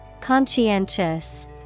Conscientious